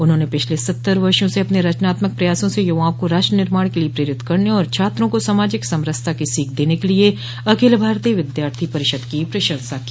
उन्होंने पिछले सत्तर वर्षो से अपने रचनात्मक प्रयासों से यूवाओं को राष्ट्र निर्माण के लिए प्रेरित करने और छात्रों को सामाजिक समरसता की सीख देने के लिए अखिल भारतीय विद्यार्थी परिषद की प्रशंसा की